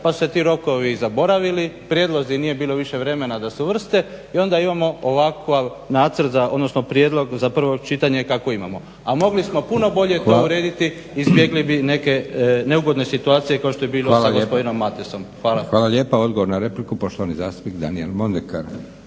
Pa su se ti rokovi zaboravili, prijedlozi, nije bilo više vremena da se uvrste. I onda imamo ovakav nacrt, odnosno prijedlog za prvo čitanje kako imamo. A mogli smo puno bolje to urediti izbjegli bi neke neugodne situacije kao što je bilo sa gospodinom Matesom. Hvala. **Leko, Josip (SDP)** Hvala lijepa. Odgovor na repliku poštovani zastupnik Daniel Mondekar.